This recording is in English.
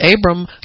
Abram